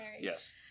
Yes